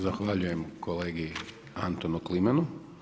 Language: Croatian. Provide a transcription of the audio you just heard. Zahvaljujem kolegi Antonu Klimanu.